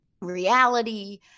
reality